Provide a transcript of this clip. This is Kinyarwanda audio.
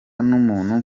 n’umuntu